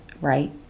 right